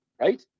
right